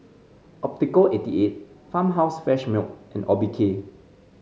Optical eighty eight Farmhouse Fresh Milk and Obike